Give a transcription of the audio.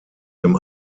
dem